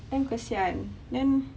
damn kasihan then